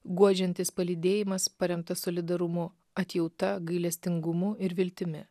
guodžiantis palydėjimas paremtas solidarumu atjauta gailestingumu ir viltimi